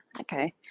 okay